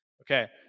Okay